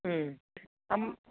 അമ്മ